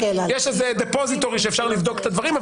יש איזה depository שאפשר לבדוק את הדברים.